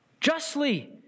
justly